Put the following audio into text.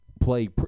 play